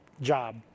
job